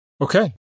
Okay